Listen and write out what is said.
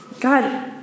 God